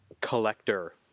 collector